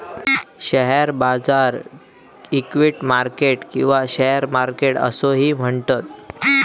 share बाजाराक equity market किंवा share market असोही म्हणतत